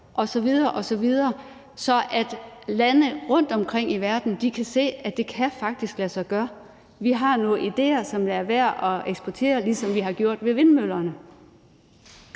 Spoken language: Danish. osv. osv., så landene rundtomkring i verden kan se, at det faktisk kan lade sig gøre. Vi har nogle idéer, som er værd at eksportere, ligesom vi har gjort det med vindmøllerne.